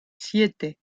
siete